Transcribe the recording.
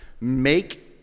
make